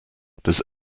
does